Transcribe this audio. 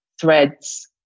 threads